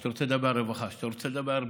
כשאתה רוצה לדבר על רווחה,